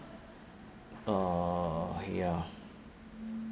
uh ya